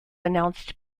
announced